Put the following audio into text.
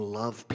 love